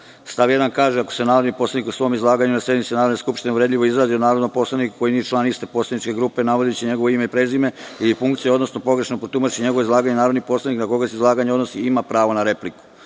Stav 1. kaže – ako se narodni poslanik u svom izlaganju na sednici Narodne skupštine uvredljivo izrazi o narodnom poslaniku koji nije član iste poslaničke grupe, navodeći njegovo ime, prezime i funkciju, odnosno pogrešno protumači njegovo izlaganje, narodni poslanik na koga se izlaganje odnosi ima pravo na repliku.